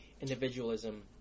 individualism